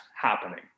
happening